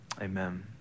Amen